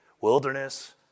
wilderness